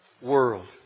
world